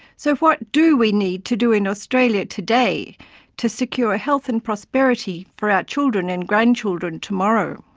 so what do we need to do in australia today to secure health and prosperity for our children and grandchildren tomorrow?